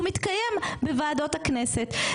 הוא מתקיים בוועדות הכנסת.